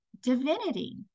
divinity